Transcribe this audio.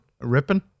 Ripping